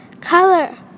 Color